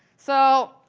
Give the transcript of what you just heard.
so,